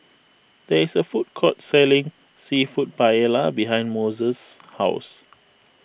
there is a food court selling Seafood Paella behind Moses' house